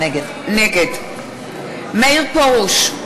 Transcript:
נגד מאיר פרוש,